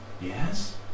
Yes